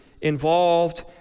involved